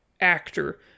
actor